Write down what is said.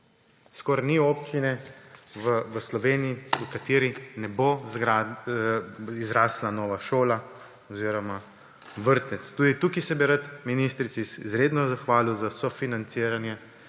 skoraj ni občine v Sloveniji, v kateri ne bo zrasla nova šola oziroma vrtec. Tudi tukaj bi se rad ministrici izredno zahvalil za vse financiranje